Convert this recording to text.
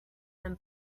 than